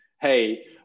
Hey